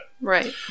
Right